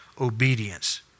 obedience